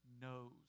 knows